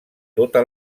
tota